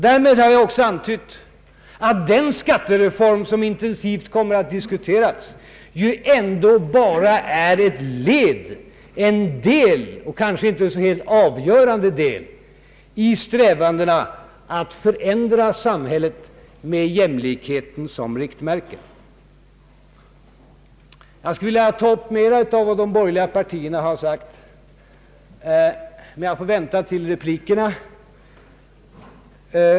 Därmed har jag också antytt att den skattereform som intensivt kommer att diskuteras ju ändå bara är ett led, en del — kanske inte ens en avgörande del — i strävandena att förändra samhället med jämlikheten som riktmärke. Jag skulle vilja bemöta mera av vad de borgerliga partiernas representanter sagt, men jag får vänta till replikerna.